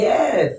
Yes